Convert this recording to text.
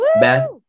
Beth